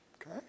Okay